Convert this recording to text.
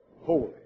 holy